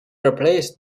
replaced